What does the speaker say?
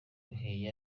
gihe